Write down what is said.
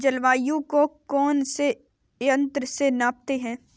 जलवायु को कौन से यंत्र से मापते हैं?